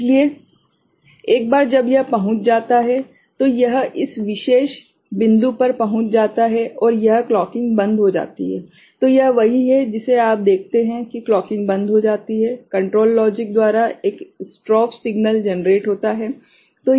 इसलिए एक बार जब यह पहुँच जाता हैं तो यह इस विशेष बिंदु पर पहुंच जाता है और यह क्लॉकिंग बंद हो जाती है तो यह वही है जिसे आप देखते हैं कि क्लॉकिंग बंद हो जाती है कंट्रोल लॉजिक द्वारा एक स्ट्रोब सिग्नल जनरेट होता है